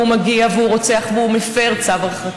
והוא מגיע והוא רוצח והוא מפר צו הרחקה.